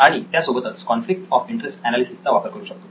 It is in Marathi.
आणि त्यासोबतच कॉन्फ्लिक्ट ऑफ इंटरेस्ट एनालिसिस चा वापर करू शकतो